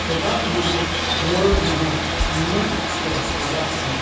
ᱪᱮᱫᱟᱜ ᱤᱧᱟᱹᱜ ᱨᱩᱣᱟᱹᱲ ᱱᱮᱦᱚᱨ ᱱᱩᱱᱟᱹᱜ ᱚᱠᱛᱚ ᱞᱟᱜᱟᱜ ᱠᱟᱱᱟ